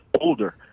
older